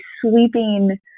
sweeping